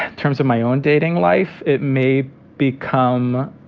terms of my own dating life it may become